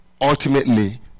ultimately